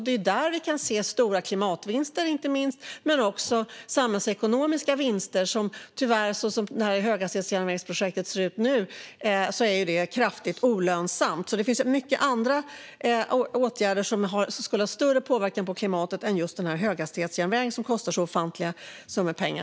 Det är där vi kan se inte minst stora klimatvinster men också samhällsekonomiska vinster. Som höghastighetsjärnvägsprojektet ser ut nu är det kraftigt olönsamt. Det finns många andra åtgärder som skulle ge större påverkan på klimatet än just höghastighetsjärnvägen, som kostar ofantliga summor.